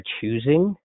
choosing